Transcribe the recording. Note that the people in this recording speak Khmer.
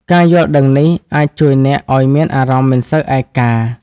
ការយល់ដឹងនេះអាចជួយអ្នកឱ្យមានអារម្មណ៍មិនសូវឯកា។